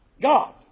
God